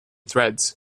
threads